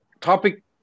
topic